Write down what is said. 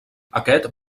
aquest